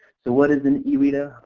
so what is and ereta?